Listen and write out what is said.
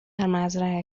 مزرعه